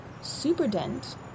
Superdent